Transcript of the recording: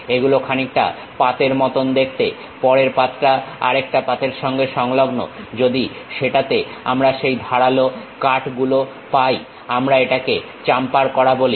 এগুলো খানিকটা পাতের মতন দেখতে পরের পাতটা আরেকটা পাতের সঙ্গে সংলগ্ন যদি সেটাতে আমরা সেই ধারালো কাট গুলো পাই আমরা এটাকে চাম্পার করা বলি